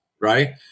right